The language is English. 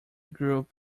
group